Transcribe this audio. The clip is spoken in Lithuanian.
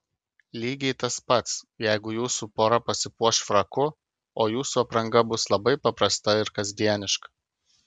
lygiai tas pats jeigu jūsų pora pasipuoš fraku o jūsų apranga bus labai paprasta ir kasdieniška